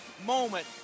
moment